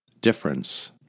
Difference